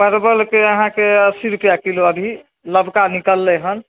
परवलके अहाँके अस्सी रुपैआ किलो अभी नवका निकललै हँ